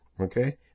okay